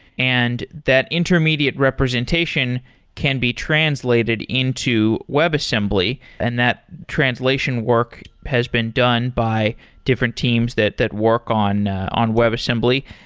and that intermediate representation can be translated into webassembly and that translation work has been done by different teams that that work on on webassembly.